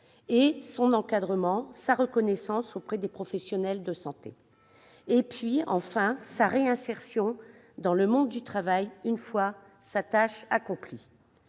et son encadrement, à savoir sa reconnaissance auprès des professionnels de santé et sa réinsertion dans le monde du travail une fois sa tâche accomplie.